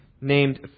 named